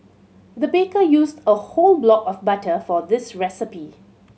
the baker used a whole block of butter for this recipe